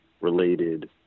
related